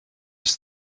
his